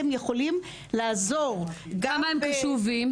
הם יכולים לעזור --- כמה הם קשובים?